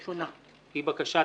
היא בקשת